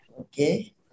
Okay